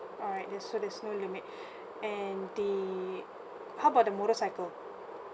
alright yes so theere's no limit and the how about the motorcycle